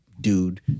dude